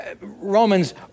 Romans